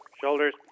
shoulders